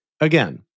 Again